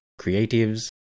creatives